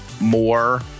more